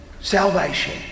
salvation